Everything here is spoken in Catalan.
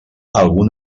algun